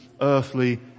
earthly